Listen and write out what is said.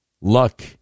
Luck